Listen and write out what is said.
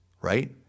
Right